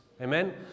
amen